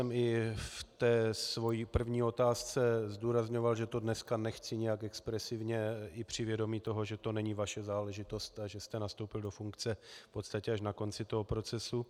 Já jsem i ve své první otázce zdůrazňoval, že to dnes nechci nějak expresivně, i při vědomí toho, že to není vaše záležitost a že jste nastoupil do funkce v podstatě až na konci toho procesu.